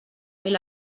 mil